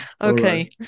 Okay